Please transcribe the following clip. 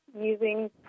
using